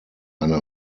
eine